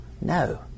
no